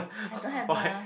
I don't have a